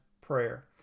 prayer